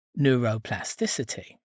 neuroplasticity